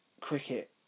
cricket